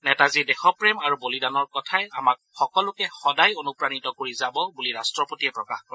নেতাজীৰ দেশপ্ৰেম আৰু বলিদানৰ কথাই আমাক সকলোকে সদায় অনুপ্ৰাণিত কৰি যাব বুলি ৰাষ্ট্ৰপতিয়ে প্ৰকাশ কৰে